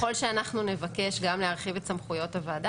ככל שאנחנו נבקש גם להרחיב את סמכויות הוועדה